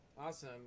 awesome